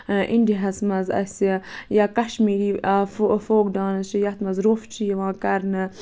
India ہَس منٛز اَسہِ یا کَشمیٖرِ فوک ڈانٕس چھِ یَتھ منٛز روف چھُ یِوان کرنہٕ